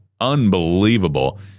unbelievable